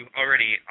already